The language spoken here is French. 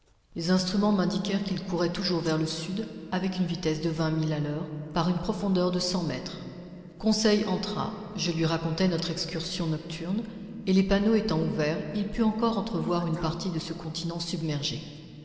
les instruments m'indiquèrent qu'il courait toujours vers le sud avec une vitesse de vingt milles à l'heure par une profondeur de cent mètres conseil entra je lui racontai notre excursion nocturne et les panneaux étant ouverts il put encore entrevoir une partie de ce continent submergé